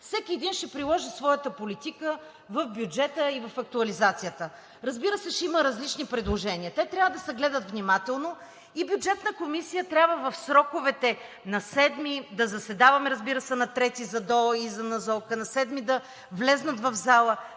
всеки един ще приложи своята политика в бюджета и в актуализацията. Разбира се, ще има различни предложения, те трябва да се гледат внимателно и Бюджетната комисия трябва в сроковете на 7-ми, да заседаваме, разбира се, на 3-ти за ДОО и за НЗОК, на 7-ми да влязат в залата.